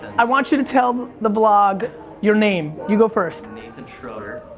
i want you to tell the vlog your name. you go first. nathan scherotter.